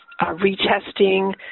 retesting